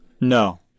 No